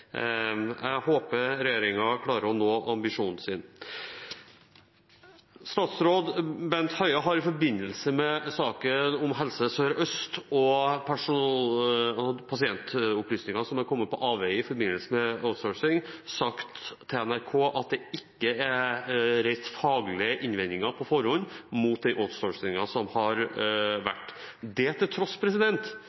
Jeg håper regjeringen klarer å nå ambisjonen sin. Statsråd Bent Høie har i saken om Helse Sør-Øst og pasientopplysninger som har kommet på avveier i forbindelse med outsourcing, sagt til NRK at det ikke er reist faglige innvendinger på forhånd mot den outsourcingen som har